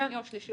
השני או השלישי.